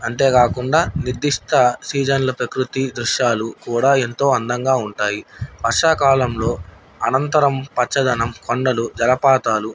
అంతేకాకుండా నిర్దిష్ట సీజన్ల ప్రకృతి దృశ్యాలు కూడా ఎంతో అందంగా ఉంటాయి వర్షాకాలంలో అనంతరం పచ్చదనం కొండలు జలపాతాలు